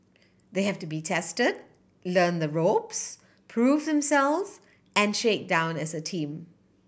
they have to be test learn the ropes prove themself and shake down as a team